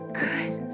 good